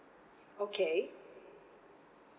okay